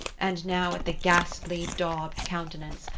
and now at the ghastly, daubed countenance,